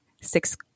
six